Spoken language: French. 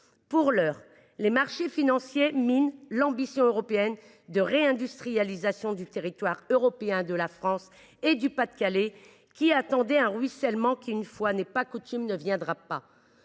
Pour l’heure, les marchés financiers minent l’ambition européenne de réindustrialisation du territoire européen, de la France et du Pas-de-Calais, qui attendaient un ruissellement. Une fois n’est pas coutume, il ne se